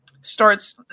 starts